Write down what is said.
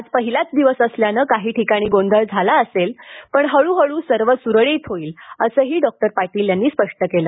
आज पहिलाच दिवस असल्याने काही ठिकाणी गोंधळ झाला असेल पण हळूहळू सर्व सुरळीत होईल असं डॉ पाटील यांनी स्पष्ट केलं